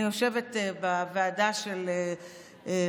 אני יושבת בוועדה של רוטמן,